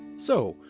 so,